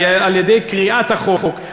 על-ידי קריעת החוק,